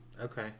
Okay